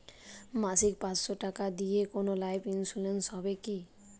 মাসিক পাঁচশো টাকা দিয়ে কোনো লাইফ ইন্সুরেন্স হবে কি?